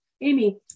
Amy